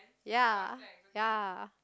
ya ya